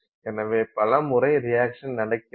எனவே பல முறை ரியாக்சன் நடக்கிறது